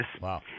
Wow